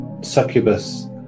succubus